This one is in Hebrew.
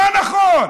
מה נכון?